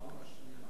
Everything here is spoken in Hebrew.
רפואה משלימה.